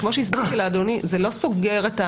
כמו שהסברתי לאדוני, זה לא מעכב הליכים.